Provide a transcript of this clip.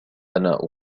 أنا